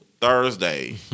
Thursday